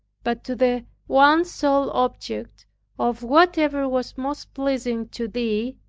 but to the one sole object of whatever was most pleasing to thee,